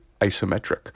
isometric